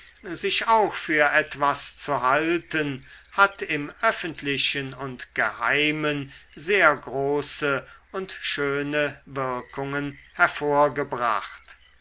sich auch für etwas zu halten hat im öffentlichen und geheimen sehr große und schöne wirkungen hervorgebracht